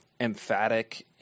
emphatic